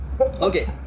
Okay